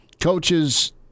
coaches